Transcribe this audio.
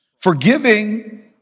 Forgiving